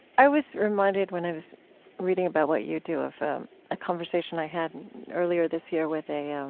i was reminded when i was reading about what you do, of a conversation i had earlier this year with a